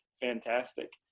Fantastic